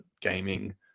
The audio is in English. gaming